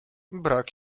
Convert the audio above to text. brak